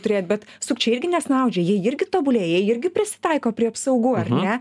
turėt bet sukčiai irgi nesnaudžia jie irgi tobulėja jie irgi prisitaiko prie apsaugų ar ne